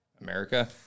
America